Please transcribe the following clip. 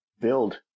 build